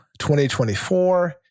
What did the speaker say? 2024